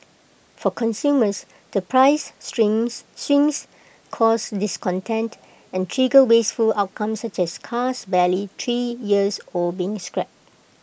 for consumers the price swings swings cause discontent and trigger wasteful outcomes such as cars barely three years old being scrapped